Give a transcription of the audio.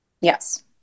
Yes